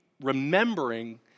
remembering